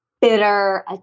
Bitter